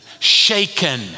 shaken